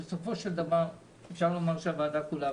בסופו של דבר אפשר לומר הוועדה כולה.